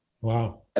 wow